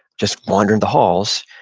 just wandering the halls,